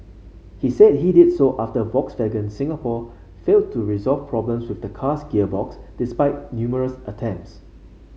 he said he did so after Volkswagen Singapore failed to resolve problems with the car's gearbox despite numerous attempts